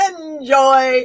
Enjoy